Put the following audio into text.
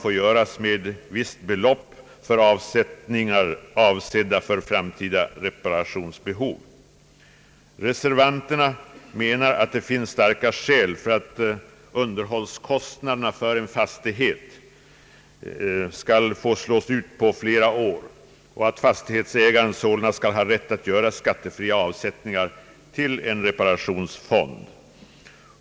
Reservanterna anser att det finns starka skäl för att underhållskostnaderna för en fastighet skall få slås ut på flera år och att fastighetsägaren sålunda skall ha rätt att göra skattefria avsättningar till en reparationsfond.